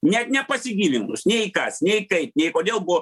net nepasigilinus nei kas nei kaip nei kodėl buvo